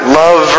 love